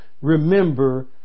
remember